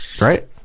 Right